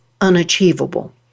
unachievable